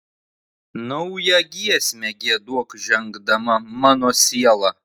naują giesmę giedok žengdama mano siela